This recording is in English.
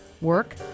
work